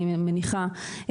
אני מניחה,